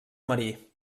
marí